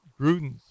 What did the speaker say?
Gruden's